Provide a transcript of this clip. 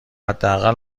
حداقل